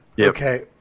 Okay